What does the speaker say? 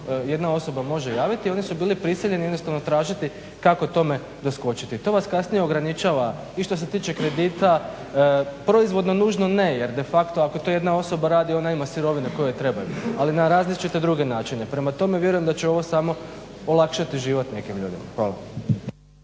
jedna osoba može javiti oni su bili prisiljeni jednostavno tražiti kako tome doskočiti. To vas kasnije ograničava i što se tiče kredita. Proizvodno nužno ne, jer de facto ako to jedna osoba radi ona ima sirovine koje joj trebaju ali na različite druge načine. Prema tome, vjerujem da će ovo samo olakšati život nekim ljudima. Hvala.